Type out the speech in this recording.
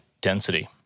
Density